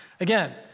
again